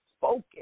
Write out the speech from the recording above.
focus